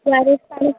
ଓ R S ପାଣି